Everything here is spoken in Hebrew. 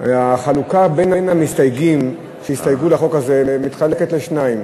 החלוקה בין המסתייגים שהסתייגו לחוק הזה היא לשניים,